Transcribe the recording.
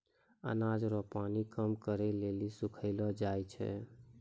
अनाज रो पानी कम करै लेली सुखैलो जाय छै